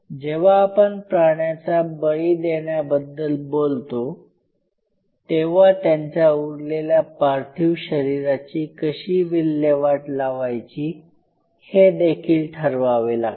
जेव्हा आपण प्राण्यांचा बळी देण्याबद्दल बोलतो तेव्हा त्यांच्या उरलेल्या पार्थिव शरीराची कशी विल्हेवाट लावायची हे देखील ठरवावे लागते